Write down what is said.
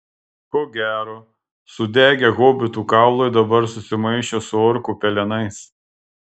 ko gero sudegę hobitų kaulai dabar susimaišė su orkų pelenais